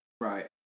Right